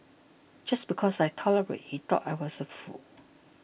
just because I tolerated he thought I was a fool